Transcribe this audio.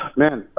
um man,